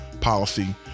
policy